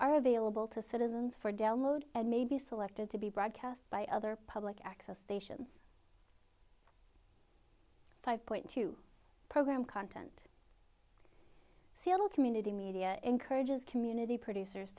are available to citizens for del mode and may be selected to be broadcast by other public access stations five point two program content seattle community media encourages community producers